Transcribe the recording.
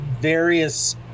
various